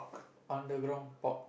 underground park